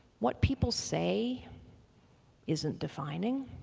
what people say isn't defining.